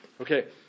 Okay